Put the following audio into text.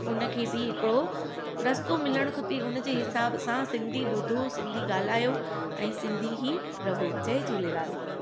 उनखे बि हिकिड़ो रस्तो मिलणु खपे उनजे हिसाब सां सिंधी ॿुधो सिंधी ॻाल्हायो ऐं सिंधी ई रहो जय झूलेलाल